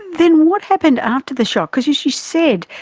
then what happened after the shock? because, as you said,